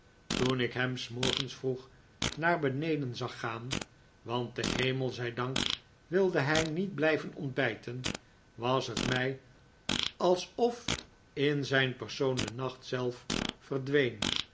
toen ik hem s morgens vroeg naar beneden zag gaan want den hemel zij dank wilde hij niet blijven ontbijten was het mij alsof in zijn persoon de nacht zelf verdween